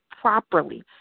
properly